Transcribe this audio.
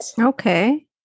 Okay